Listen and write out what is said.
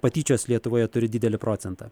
patyčios lietuvoje turi didelį procentą